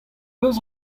peus